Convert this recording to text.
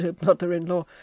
mother-in-law